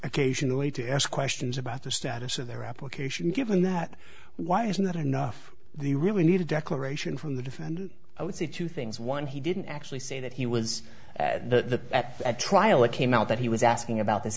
occasionally to ask questions about the status of their application given that why isn't that enough the really need a declaration from the defendant i would say two things one he didn't actually say that he was at the at at trial it came out that he was asking about this